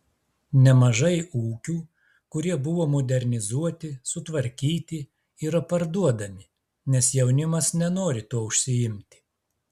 nemažai ūkių kurie buvo modernizuoti sutvarkyti yra parduodami nes jaunimas nenori tuo užsiimti